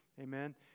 Amen